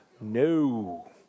No